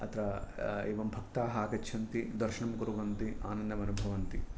अत्र एवं भक्ताः आगच्छन्ति दर्शनं कुर्वन्ति आनन्दम् अनुभवन्ति